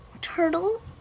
Turtle